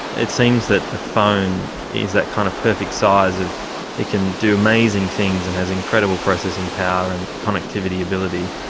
it seems that the phone is that kind of perfect size of it can do amazing things and has incredible processing power and connectivity ability,